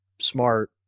smart